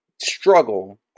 struggle